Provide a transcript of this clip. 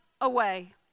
away